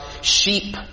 sheep